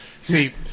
See